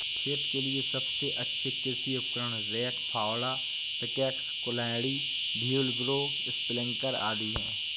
खेत के लिए सबसे अच्छे कृषि उपकरण, रेक, फावड़ा, पिकैक्स, कुल्हाड़ी, व्हीलब्रो, स्प्रिंकलर आदि है